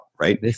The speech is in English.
right